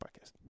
Podcast